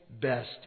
best